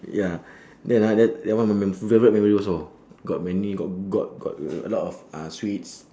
ya then ah then that one m~ my favourite memory also got many got got got a lot of uh sweets